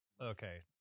okay